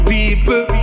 People